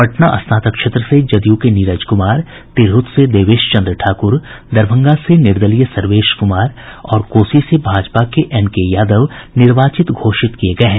पटना स्नातक क्षेत्र से जदयू के नीरज कुमार तिरहुत से देवेश चंद्र ठाकुर दरभंगा से निर्दलीय सर्वेश कुमार और कोसी से भाजपा के एन के यादव निर्वाचित घोषित किए गए हैं